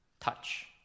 Touch